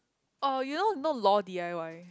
orh you know you know lol d_i_y